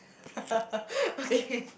okay